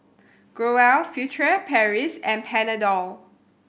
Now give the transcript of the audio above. Growell Furtere Paris and Panadol